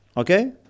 Okay